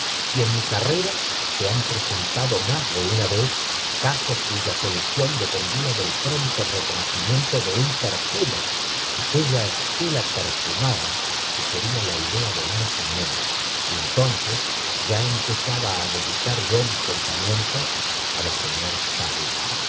y en mi carrera se lian presentado más de una vez casos cuya solución d p u lía del pron to reconocimiento do un perfuna aquella caque la perfumada sugería la idea de una señora y entonces ya empozaba á dediear yo mis ponsami entos á la señora